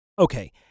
Okay